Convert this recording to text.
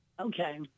Okay